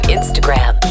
Instagram